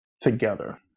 together